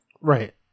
Right